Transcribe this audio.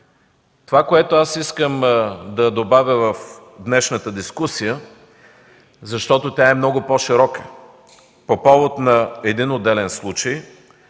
Това, което искам да добавя в днешната дискусия, защото тя е много по-широка, по повод на един отделен случай,